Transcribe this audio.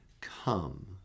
Come